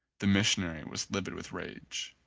the missionary was livid with rage.